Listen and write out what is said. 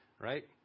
right